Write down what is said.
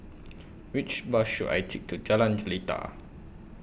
Which Bus should I Take to Jalan Jelita